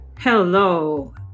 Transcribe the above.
hello